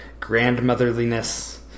grandmotherliness